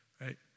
right